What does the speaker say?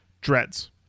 Dreads